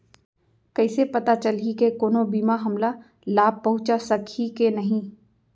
कइसे पता चलही के कोनो बीमा हमला लाभ पहूँचा सकही के नही